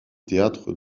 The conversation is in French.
théâtre